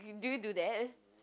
do you do you do that